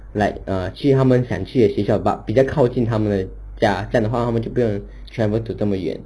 like err 去他们想去的地方 but 比比较靠近他们家这样的话他们就不用 travel to 这么远